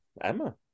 Emma